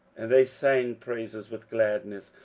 and they sang praises with gladness,